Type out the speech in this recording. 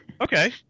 Okay